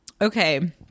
okay